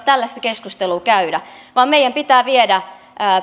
tällaista keskustelua käydä vaan meidän pitää viedä